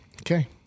Okay